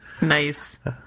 Nice